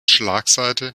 schlagseite